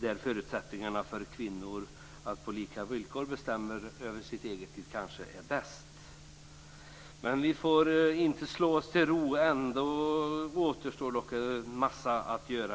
där förutsättningarna för kvinnor att på lika villkor bestämma över sina egna liv kanske är bäst. Men vi får inte slå oss till ro. Det återstår ändå en massa att göra.